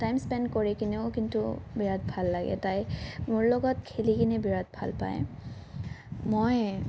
time spend কৰি কিনেও কিন্তু বিৰাট ভাল লাগে তাই মোৰ লগত খেলি কিনে বিৰাট ভাল পায় মই